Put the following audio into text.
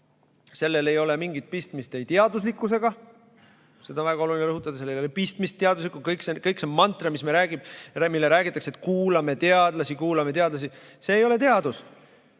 Sellel ei ole mingit pistmist teaduslikkusega – seda on väga oluline rõhutada, et sellel ei ole pistmist teaduslikkusega. Kõik see mantra, mis meile räägitakse, et kuulame teadlasi, kuulame teadlasi ... See ei ole teadus.